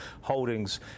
holdings